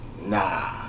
Nah